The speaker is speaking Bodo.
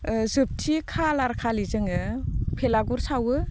जोबथि खालार खालि जोङो भेलागुर सावो